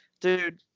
Dude